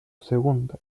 segunda